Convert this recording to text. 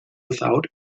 without